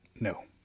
No